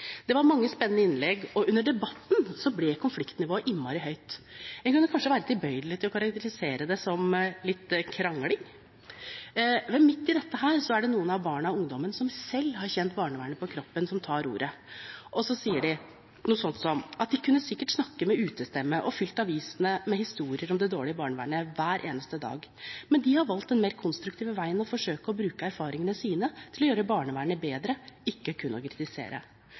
Det var mange spennende innlegg, og under debatten ble konfliktnivået innmari høyt. En kunne kanskje være tilbøyelig til å karakterisere det som litt krangling. Vel, midt i dette er det noen av barna og ungdommene som selv har kjent barnevernet på kroppen, som tar ordet og sier noe sånt som at de kunne sikkert snakke med utestemme og fylt avisene med historier om det dårlige barnevernet hver eneste dag, men de hadde valgt den mer konstruktive veien å forsøke å bruke erfaringene sine til å gjøre barnevernet bedre, ikke kun å kritisere.